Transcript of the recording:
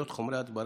היו"ר יעקב מרגי: